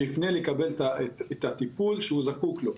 שיפנה לקבל את הטיפול שהוא זקוק לו.